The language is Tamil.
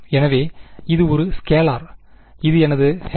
எனவே இது ஒரு ஸ்கேலார் இது எனது H·n